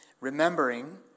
Remembering